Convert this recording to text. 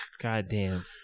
Goddamn